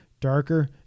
darker